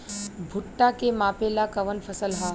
भूट्टा के मापे ला कवन फसल ह?